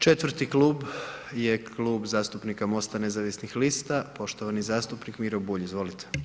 Četvrti klub je Klub zastupnika MOST-a nezavisnih lista, poštovani zastupnik Miro Bulj, izvolite.